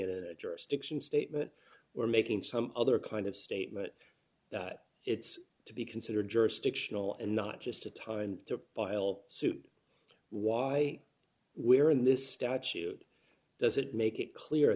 it in a jurisdiction statement or making some other kind of statement that it's to be considered jurisdictional and not just a time to file suit why we're in this statute does it make it clear